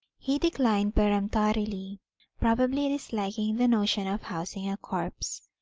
he declined peremptorily, probably disliking the notion of housing a corpse,